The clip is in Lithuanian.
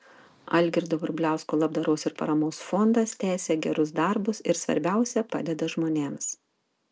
algirdo vrubliausko labdaros ir paramos fondas tęsia gerus darbus ir svarbiausia padeda žmonėms